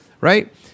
right